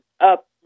up